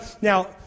Now